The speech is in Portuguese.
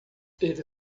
ele